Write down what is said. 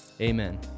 Amen